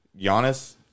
Giannis